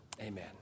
Amen